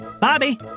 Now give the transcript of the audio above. Bobby